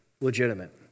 legitimate